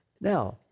Now